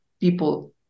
people